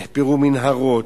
נחפרו מנהרות,